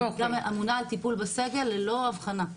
שהיא אמונה על טיפול בסגל, ללא הבחנה.